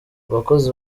abakozi